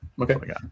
Okay